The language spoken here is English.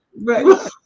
Right